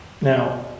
Now